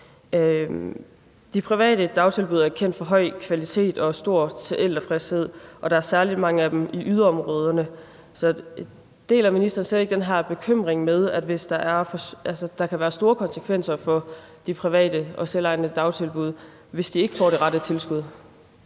De private dagtilbud er kendt for høj kvalitet og stor forældretilfredshed, og der er særlig mange af dem i yderområderne. Så deler ministeren slet ikke den her bekymring om, at der kan være store konsekvenser for de private og selvejende dagtilbud, hvis de ikke får det rette tilskud?